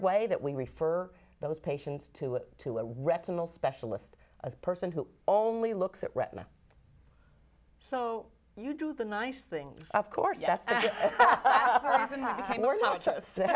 way that we refer those patients to to a retinal specialist a person who only looks at retina so you do the nice thing of course